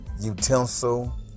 utensil